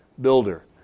Builder